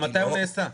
אבל מתי הוא נעשה?